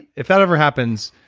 if that ever happens,